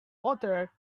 water